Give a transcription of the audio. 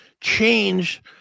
change